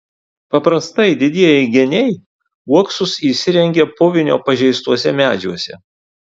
paprastai didieji geniai uoksus įsirengia puvinio pažeistuose medžiuose